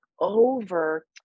over